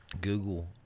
Google